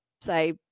say